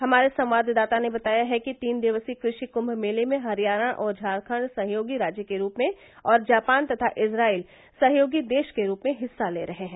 हमारे संवाददाता ने बताया है कि तीन दिवसीय कृषि कृष मेले में हरियाणा और झाखंड सहयोगी राज्य के रूप में और जापान तथा इस्राइल सहयोगी देश के रूप में हिस्सा ले रहे हैं